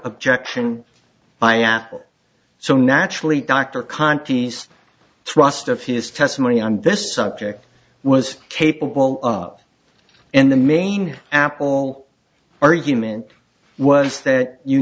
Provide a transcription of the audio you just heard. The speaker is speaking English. objection by apple so naturally dr conti's thrust of his testimony on this subject was capable and the main apple argument was that you